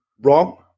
wrong